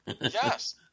Yes